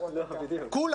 כך